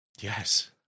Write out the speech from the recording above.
yes